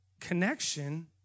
connection